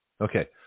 Okay